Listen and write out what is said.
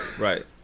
Right